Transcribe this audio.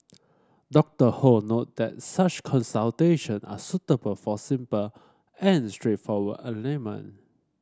Doctor Ho noted that such consultation are suitable for simple and straightforward ailment